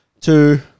two